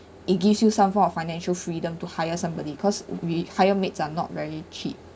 it gives you some form of financial freedom to hire somebody cause we hire maids are not very cheap